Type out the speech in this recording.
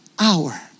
hour